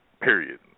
Period